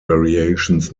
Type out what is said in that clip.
variations